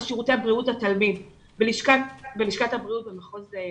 שירותי בריאות התלמיד בלשכת הבריאות במחוז הצפון.